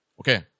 Okay